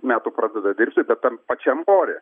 metų pradeda dirbti tam pačiam ore